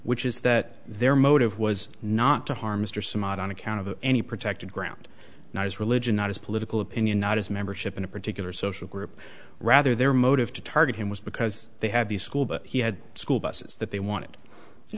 which is that their motive was not to harm mr smart on account of any protected ground not his religion not his political opinion not his membership in a particular social group rather their motive to target him was because they had the school but he had school buses that they wanted to